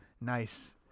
nice